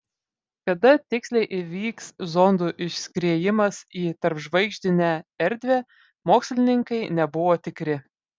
kada tiksliai įvyks zondų išskriejimas į tarpžvaigždinę erdvę mokslininkai nebuvo tikri